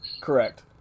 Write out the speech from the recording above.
Correct